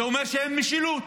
זה אומר שאין משילות.